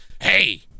hey